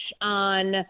on